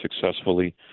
successfully